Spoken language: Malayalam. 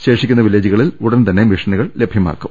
ശേഷിക്കുന്ന വില്ലേജുകളിൽ ഉടൻ തന്നെ മെഷിനു കൾ ലഭ്യമാക്കും